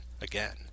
again